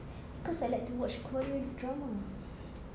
cause I like to watch korea drama